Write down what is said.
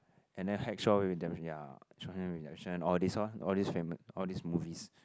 and then ya all these ah all these all these movies